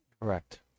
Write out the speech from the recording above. correct